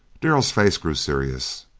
darrell's face grew serious.